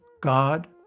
God